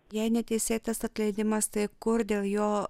jei neteisėtas atleidimas tai kur dėl jo